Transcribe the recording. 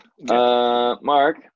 Mark